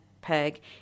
peg